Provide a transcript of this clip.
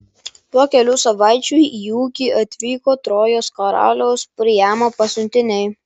po kelių savaičių į ūkį atvyko trojos karaliaus priamo pasiuntiniai